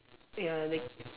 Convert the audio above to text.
ya the